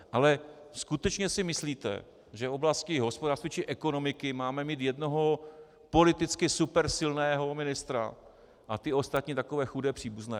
Ale skutečně si myslíte, že v oblasti hospodářství či ekonomiky máme mít jednoho politicky supersilného ministra a ty ostatní takové chudé příbuzné?